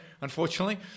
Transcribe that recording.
unfortunately